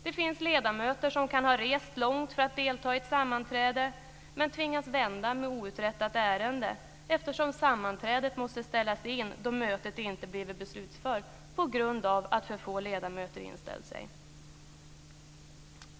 Det finns ledamöter som kan ha rest långt för att delta i ett sammanträde men tvingas vända med outrättat ärende, eftersom sammanträdet måste ställas in då man vid mötet inte blivit beslutför på grund av att för få ledamöter inställt sig.